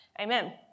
Amen